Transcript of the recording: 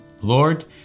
Lord